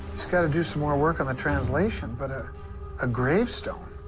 he's got to do some more work on the translation, but a gravestone.